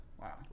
Wow